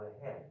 ahead